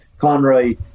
Conroy